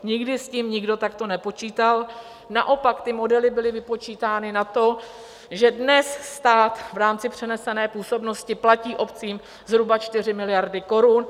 Nikdy s tím nikdo takto nepočítal, naopak, ty modely byly vypočítány na to, že dnes stát v rámci přenesené působnosti platí obcím zhruba 4 miliardy korun.